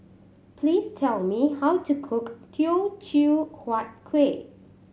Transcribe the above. please tell me how to cook Teochew Huat Kueh